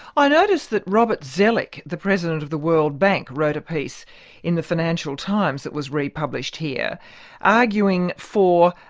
i notice that robert zoellick, the president of the world bank, wrote a piece in the financial times that was republished here arguing for,